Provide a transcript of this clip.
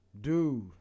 Dude